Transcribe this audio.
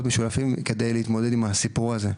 משויפים כדי להתמודד עם הסיפור הזה,